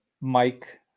Mike